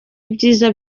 ibyiza